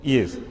Yes